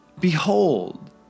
Behold